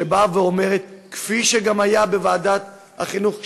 כפי שגם היה בוועדת החינוך,